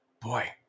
Boy